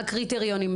הקריטריונים.